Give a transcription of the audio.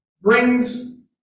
brings